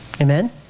Amen